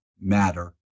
matter